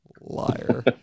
Liar